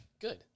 good